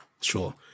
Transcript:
Sure